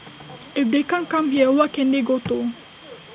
if they can't come here what can they go to